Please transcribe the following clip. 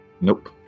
Nope